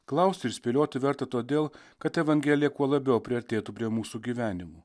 klausti ir spėlioti verta todėl kad evangelija kuo labiau priartėtų prie mūsų gyvenimų